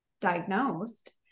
diagnosed